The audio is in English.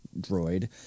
droid